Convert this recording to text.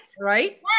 Right